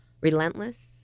relentless